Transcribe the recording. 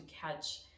catch